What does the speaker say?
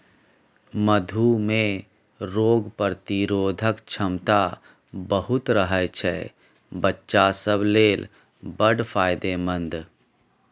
मधु मे रोग प्रतिरोधक क्षमता बहुत रहय छै बच्चा सब लेल बड़ फायदेमंद